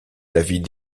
david